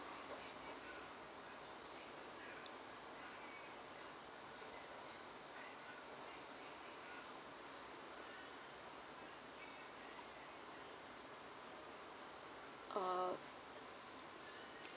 err